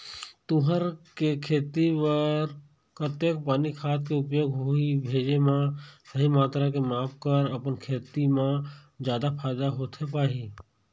तुंहर के खेती बर कतेक पानी खाद के उपयोग होही भेजे मा सही मात्रा के माप कर अपन खेती मा जादा फायदा होथे पाही?